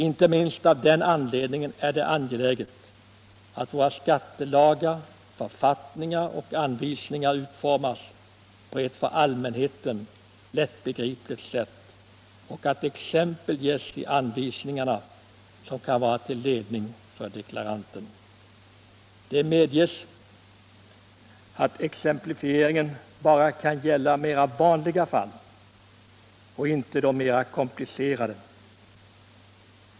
Inte minst av den anledningen är det angeläget att våra skattelagar, författningar och anvisningar utformas på ett för allmänheten lättbegripligt sätt och att exempel ges i anvisningarna som kan vara till ledning för deklaranten. Det medges att exemplifieringen bara kan gälla mer vanliga fall och inte de komplicerade.